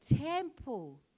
temple